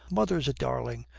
mother's a darling,